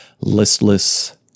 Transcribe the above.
listless